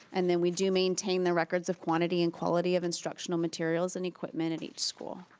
and then we do maintain the records of quantity and quality of instructional materials and equipment at each school.